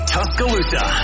Tuscaloosa